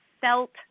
felt